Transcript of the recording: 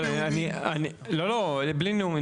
דרור בוימל בלי נאומים.